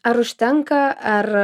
ar užtenka ar